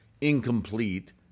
incomplete